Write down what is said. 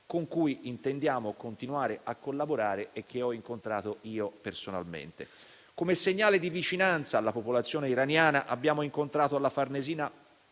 con cui intendiamo continuare a collaborare e i cui rappresentanti ho incontrato personalmente. Come segnale di vicinanza alla popolazione iraniana, abbiamo incontrato alla Farnesina